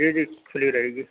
جی جی کُھلی رہے گی